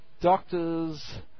doctor's